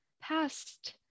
past